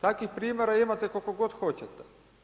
Takvih primjera imate koliko god hoćete.